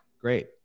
Great